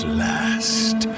last